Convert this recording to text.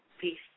Peace